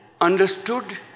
understood